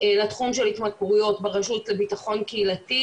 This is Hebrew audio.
לתחום של התמכרויות ברשות לביטחון קהילתי,